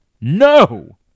No